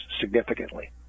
significantly